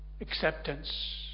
acceptance